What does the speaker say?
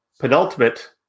penultimate